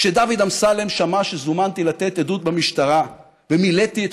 כשדוד אמסלם שמע שזומנתי לתת עדות במשטרה ומילאתי את